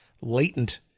latent